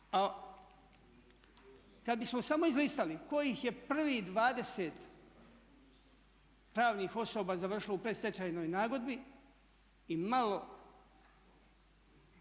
A kada bismo samo izlistali kojih je prvih 20 pravnih osoba završilo u predstečajnoj nagodbi i malo